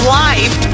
life